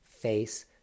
Face